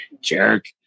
Jerk